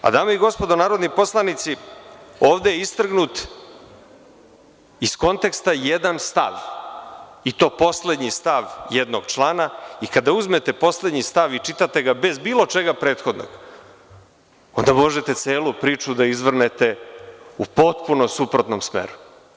Dame i gospodo narodni poslanici, ovde je istrgnut iz konteksta jedan stav i to poslednji stav jednog člana i kada uzmete poslednji stav i čitate ga bez bilo čega prethodnog, onda možete celu priču da izvrnete u potpuno suprotnom smeru.